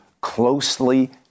closely